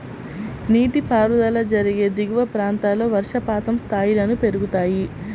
నీటిపారుదల జరిగే దిగువ ప్రాంతాల్లో వర్షపాతం స్థాయిలను పెరుగుతాయి